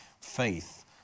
Faith